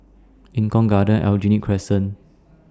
Eng Kong Garden Aljunied Crescent